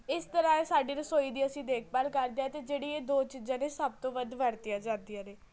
ਇਸ ਤਰ੍ਹਾਂ ਇਹ ਸਾਡੀ ਰਸੋਈ ਦੀ ਅਸੀਂ ਦੇਖਭਾਲ ਕਰਦੇ ਹਾਂ ਅਤੇ ਜਿਹੜੀ ਇਹ ਦੋ ਚੀਜ਼ਾਂ ਨੇ ਸਭ ਤੋਂ ਵੱਧ ਵਰਤੀਆਂ ਜਾਂਦੀਆਂ ਨੇ